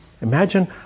Imagine